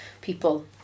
people